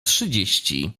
trzydzieści